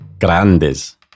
grandes